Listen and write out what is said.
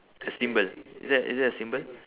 a symbol is that is that a symbol